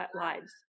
lives